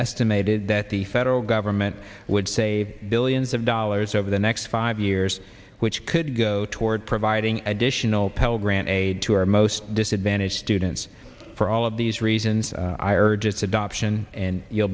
estimated that the federal government would save billions of dollars over the next five years which could go toward providing additional pell grant aid to our most disadvantaged students for all of these reasons i urge its adoption and you'll